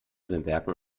bemerken